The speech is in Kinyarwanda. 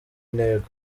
ntego